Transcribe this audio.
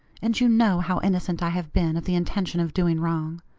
and you know how innocent i have been of the intention of doing wrong.